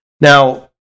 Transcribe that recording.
Now